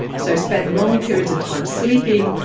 so spend long periods of time sleeping,